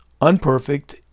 unperfect